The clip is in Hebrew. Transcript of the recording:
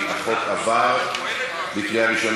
ההצעה להעביר את הצעת חוק למניעת אלימות במשפחה